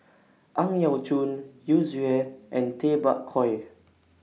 Ang Yau Choon Yu Zhuye and Tay Bak Koi